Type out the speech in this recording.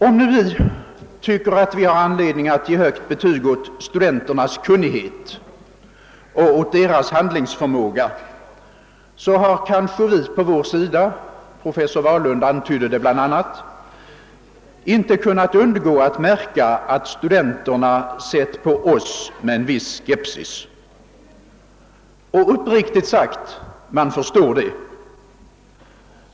Om vi nu tycker att vi har anledning att ge högt betyg åt studenternas kunnighet och deras handlingsförmåga har vi kanske på vår sida — professor Wahlund antydde det bl.a. — inte kunnat undgå att märka att studenterna har sett på oss med en viss skepsis. Och uppriktigt sagt: man förstår det.